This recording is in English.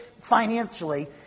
financially